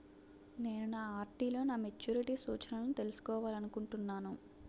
నేను నా ఆర్.డి లో నా మెచ్యూరిటీ సూచనలను తెలుసుకోవాలనుకుంటున్నాను